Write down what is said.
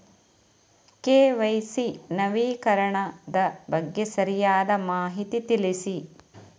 KYC ನವೀಕರಣದ ಬಗ್ಗೆ ಸರಿಯಾದ ಮಾಹಿತಿ ತಿಳಿಸಿ?